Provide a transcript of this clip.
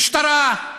משטרה,